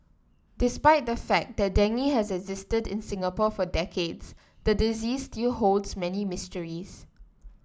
despite the fact that dengue has existed in Singapore for decades the disease still holds many mysteries